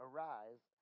Arise